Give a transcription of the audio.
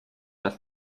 das